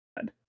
God